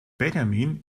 benjamin